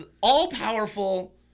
All-powerful